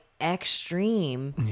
extreme